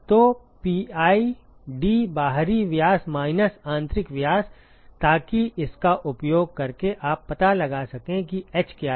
तो pi D बाहरी व्यास माइनस आंतरिक व्यास ताकि इसका उपयोग करके आप पता लगा सकें कि h क्या है